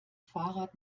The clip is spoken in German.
fahrrad